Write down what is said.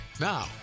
Now